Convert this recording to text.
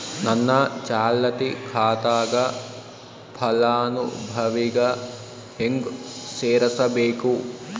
ನನ್ನ ಚಾಲತಿ ಖಾತಾಕ ಫಲಾನುಭವಿಗ ಹೆಂಗ್ ಸೇರಸಬೇಕು?